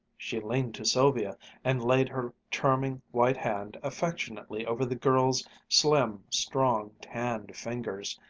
she leaned to sylvia and laid her charming white hand affectionately over the girl's slim, strong, tanned fingers.